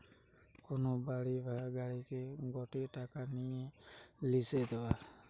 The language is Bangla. কোন বাড়ি বা গাড়িকে গটে টাকা নিয়ে লিসে দেওয়া